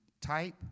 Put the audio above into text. type